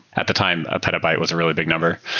at the time, a petabyte was a really big number.